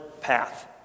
path